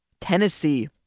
Tennessee